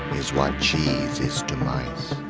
is what cheese is to mice.